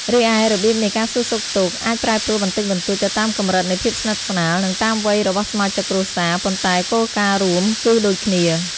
រីឯ របៀបនៃការសួរសុខទុក្ខអាចប្រែប្រួលបន្តិចបន្តួចទៅតាមកម្រិតនៃភាពស្និទ្ធស្នាល និងតាមវ័យរបស់សមាជិកគ្រួសារ ប៉ុន្តែគោលការណ៍រួម គឺដូចគ្នា។